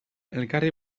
elkarri